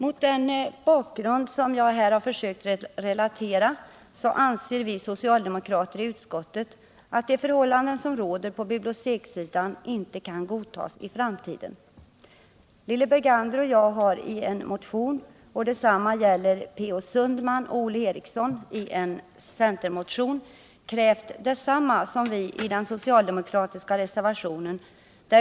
Mot den bakgrund som jag här försökt teckna anser vi socialdemokrater i utskottet att de förhållanden som råder på bibliotekssidan inte kan godtas i framtiden. Lilly Bergander och jag har i en motion — och detsamma gäller Per Olof Sundman och Olle Eriksson i en centermotion — krävt detsamma som vi kräver i den socialdemokratiska reservationen.